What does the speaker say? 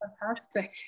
Fantastic